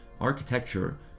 architecture